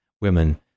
women